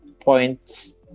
points